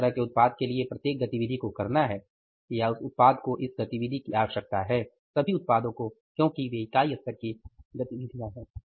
उस तरह के उत्पाद के लिए प्रत्येक गतिविधि को करना है या उस उत्पाद को इस गतिविधि की आवश्यकता है सभी उत्पादों को क्योंकि वे इकाई स्तर की गतिविधियाँ हैं